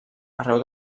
arreu